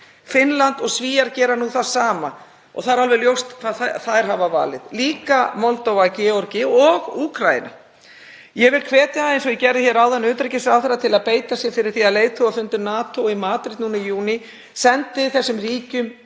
Finnar og Svíar gera það sama og það er alveg ljóst hvað þær þjóðir hafa valið, líka Moldóva, Georgía og Úkraína. Ég vil hvetja, eins og ég gerði hér áðan, utanríkisráðherra til að beita sér fyrir því að leiðtogafundur NATO í Madríd núna í júní sendi þessum ríkjum